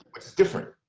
it's different.